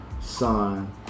son